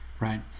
right